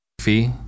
fee